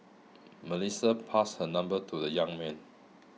Melissa passed her number to the young man